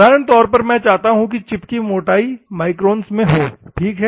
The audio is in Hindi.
साधारण तौर पर मैं चाहता हूं कि चिप की मोटाई माइक्रोंस में होगी ठीक है